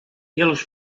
eles